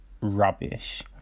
Rubbish